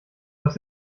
was